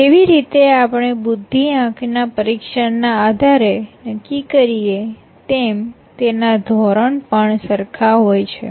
જેવી રીતે આપણે બુદ્ધિ આંક ના પરીક્ષણ ના આધારે નક્કી કરીએ તેમ તેના ધોરણ પણ સરખા હોય છે